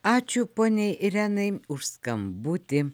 ačiū poniai irenai už skambutį